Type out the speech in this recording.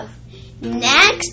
next